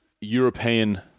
European